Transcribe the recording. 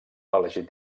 elegit